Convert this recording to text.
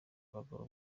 abagabo